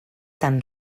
tan